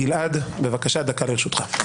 גלעד, בבקשה, דקה לרשותך.